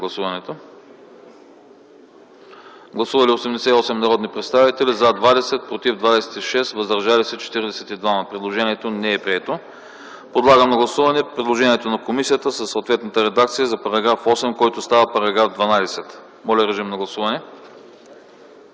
Гласували 88 народни представители: за 20, против 26, въздържали се 42. Предложението не е прието. Подлагам на гласуване предложението на комисията със съответната редакция за § 8, който става § 12. Гласували